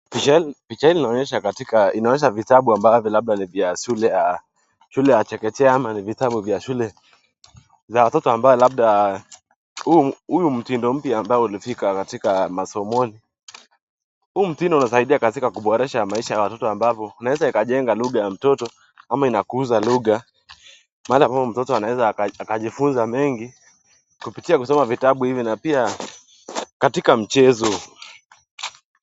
Picha hii inaonyesha katika inaonyesha vitabu ambavyo labda ni vya shule shule ya chekechea ama ni vitabu vya shule za watoto ambao labda huu huyu mtindo mpya ambao ulifika katika masomoni. Huu mtindo unasaidia katika kuboresha maisha ya watoto ambavyo unaweza ikajenga lugha ya mtoto ama inakuza lugha. Maana hapo mtoto anaweza akajifunza mengi kupitia kusoma vitabu hivi na pia katika mchezo.